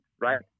right